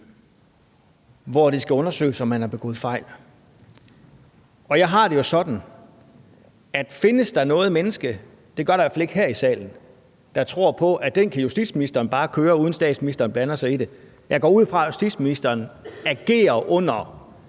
hvor det skal undersøges, om man har begået fejl. Jeg har det jo sådan, at findes der noget menneske – det gør der i hvert fald ikke her i salen – der tror på, at den kan justitsministeren bare køre, uden at statsministeren blander sig i det ... Jeg går ud fra, at justitsministeren agerer under